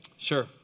sure